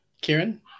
Kieran